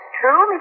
true